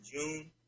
June